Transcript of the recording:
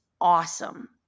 awesome